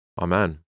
Amen